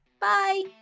Bye